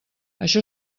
això